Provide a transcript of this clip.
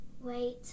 Wait